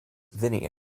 vinnie